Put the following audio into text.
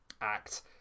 act